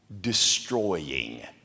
destroying